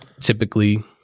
Typically